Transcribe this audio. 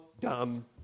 dumb